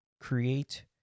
create